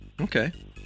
Okay